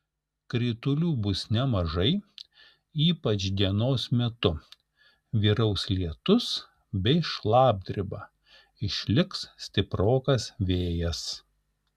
kritulių bus nemažai ypač dienos metu vyraus lietus bei šlapdriba išliks stiprokas vėjas